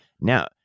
Now